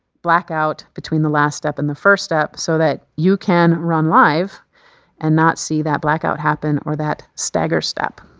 blackout between the last step and the first step, so that you can run live and not see that blackout happen or that stagger step.